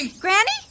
Granny